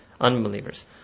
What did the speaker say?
unbelievers